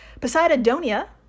Poseidonia